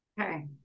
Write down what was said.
okay